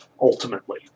ultimately